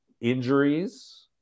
Injuries